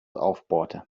aufbohrte